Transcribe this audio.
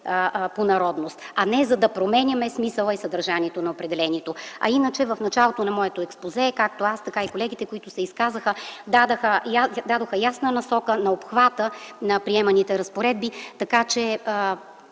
„по народност”, а не за да променяме смисъла и съдържанието на определението. Иначе, в началото на моето експозе аз и колегите ми, които се изказаха, дадохме ясна насока на обхвата на приеманите разпоредби, така че